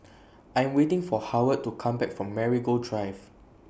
I'm waiting For Howard to Come Back from Marigold Drive